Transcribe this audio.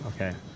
Okay